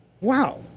Wow